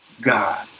God